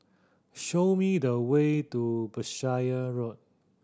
show me the way to Berkshire Road